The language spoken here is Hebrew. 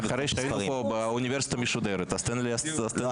אחרי שהיינו פה באוניברסיטה משודרת אז תן לי --- לא,